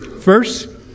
First